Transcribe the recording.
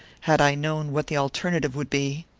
had i known what the alternative would be.